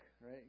right